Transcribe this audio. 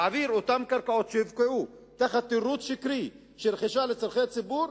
להעביר אותן קרקעות שהופקעו בתירוץ שקרי של רכישה לצורכי ציבור,